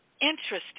interesting